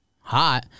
Hot